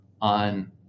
on